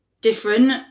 Different